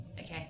Okay